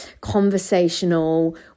conversational